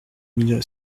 mille